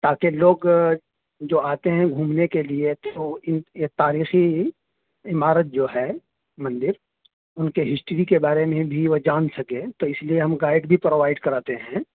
تاکہ لوگ جو آتے ہیں گھومنے کے لیے تو ان ایک تاریخی عمارت جو ہے مندر ان کے ہسٹری کے بارے میں بھی وہ جان سکیں تو اس لیے ہم گائیڈ بھی پرووائڈ کراتے ہیں